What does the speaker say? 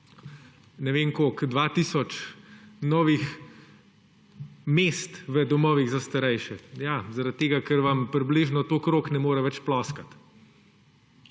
ne vem koliko, 2 tisoč novih mest v domovih za starejše. Ja, zaradi tega ker vam približno toliko rok ne more več ploskati.